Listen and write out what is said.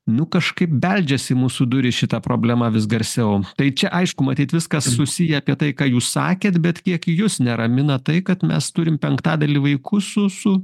nu kažkaip beldžias į mūsų duris šita problema vis garsiau tai čia aišku matyt viskas susiję apie tai ką jūs sakėt bet kiek jus neramina tai kad mes turim penktadalį vaikų su su